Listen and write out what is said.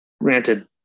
granted